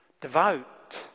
devout